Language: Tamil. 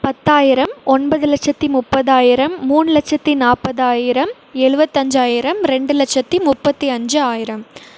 பத்தாயிரம் ஒன்பது லட்சத்தி முப்பதாயிரம் மூணு லட்சத்தி நாற்பதாயிரம் எழுபத்தஞ்சாயிரம் ரெண்டு லட்சத்தி முப்பத்தி அஞ்சு ஆயிரம்